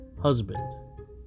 husband